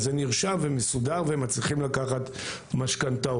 זה נרשם ומסודר והם מצליחים לקחת משכנתאות.